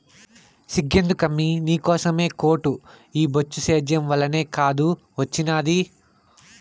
సిగ్గెందుకమ్మీ నీకోసమే కోటు ఈ బొచ్చు సేద్యం వల్లనే కాదూ ఒచ్చినాది